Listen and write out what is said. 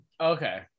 Okay